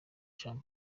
jean